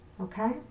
okay